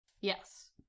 yes